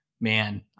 man